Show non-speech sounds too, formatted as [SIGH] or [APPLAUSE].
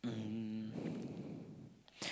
um [BREATH]